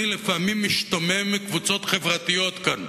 אני לפעמים משתומם מקבוצות חברתיות כאן,